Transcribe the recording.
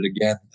again